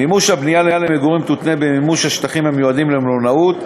מימוש הבנייה למגורים יותנה במימוש השטחים המיועדים למלונאות,